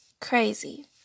Crazy